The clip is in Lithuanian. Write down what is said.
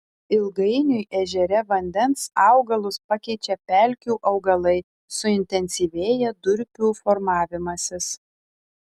ilgainiui ežere vandens augalus pakeičia pelkių augalai suintensyvėja durpių formavimasis